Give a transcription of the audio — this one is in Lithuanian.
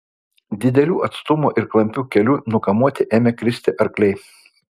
didelių atstumų ir klampių kelių nukamuoti ėmė kristi arkliai